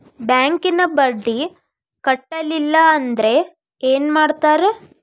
ಬ್ಯಾಂಕಿನ ಬಡ್ಡಿ ಕಟ್ಟಲಿಲ್ಲ ಅಂದ್ರೆ ಏನ್ ಮಾಡ್ತಾರ?